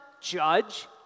judge